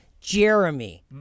Jeremy